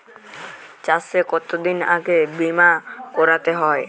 চাষে কতদিন আগে বিমা করাতে হয়?